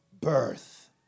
birth